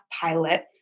pilot